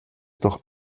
doch